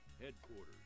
headquarters